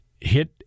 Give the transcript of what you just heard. hit